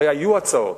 הרי היו הצעות.